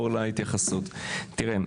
תראה,